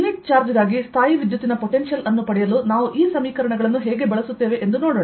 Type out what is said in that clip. unit charge ಗಾಗಿ ಸ್ಥಾಯೀವಿದ್ಯುತ್ತಿನ potential ಅನ್ನು ಪಡೆಯಲು ನಾವು ಈ ಸಮೀಕರಣಗಳನ್ನು ಹೇಗೆ ಬಳಸುತ್ತೇವೆ ಎಂದು ನೋಡೋಣ